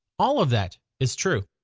all of that is true.